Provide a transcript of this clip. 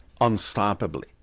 unstoppably